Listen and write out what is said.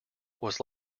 was